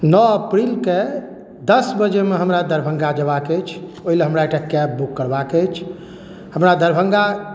नओ अप्रिलके दस बजेमे हमरा दरभंगा जयबाक अछि ओहि लेल हमरा एकटा कैब बुक करबाक अछि हमरा दरभंगा